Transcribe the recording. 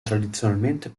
tradizionalmente